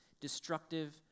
destructive